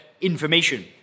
information